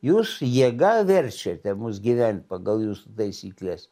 jūs jėga verčiate mus gyvent pagal jūsų taisykles